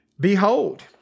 Behold